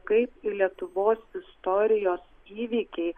kaip lietuvos istorijos įvykiai